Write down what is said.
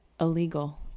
illegal